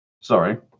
sorry